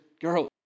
Girl